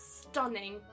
stunning